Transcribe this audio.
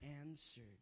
answered